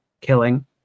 killing